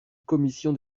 commission